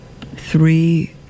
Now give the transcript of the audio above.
three